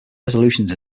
resolutions